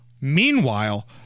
meanwhile